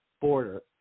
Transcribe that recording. border